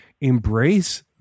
embrace